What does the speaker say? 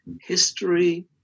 history